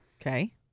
Okay